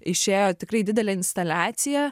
išėjo tikrai didelė instaliacija